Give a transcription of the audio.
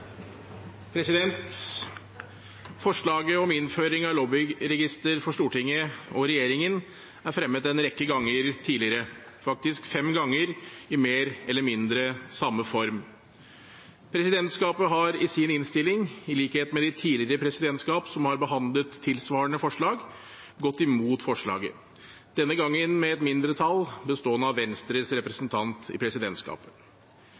regjeringen er fremmet en rekke ganger tidligere, faktisk fem ganger, i mer eller mindre samme form. Presidentskapet har i sin innstilling, i likhet med de tidligere presidentskap som har behandlet tilsvarende forslag, gått imot forslaget, denne gangen med et mindretall bestående av Venstres